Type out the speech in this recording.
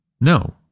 No